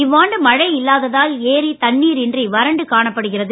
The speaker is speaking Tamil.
இவ்வாண்டு மழை இல்லாததால் ஏரி தண்ணீர் இன்றி வறண்டு காணப்படுகிறது